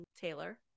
taylor